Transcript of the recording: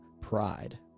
pride